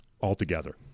altogether